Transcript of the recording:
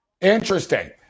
Interesting